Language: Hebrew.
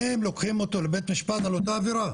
שניהם לוקחים אותו לבית משפט על אותה עבירה,